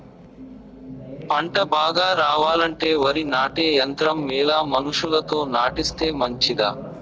పంట బాగా రావాలంటే వరి నాటే యంత్రం మేలా మనుషులతో నాటిస్తే మంచిదా?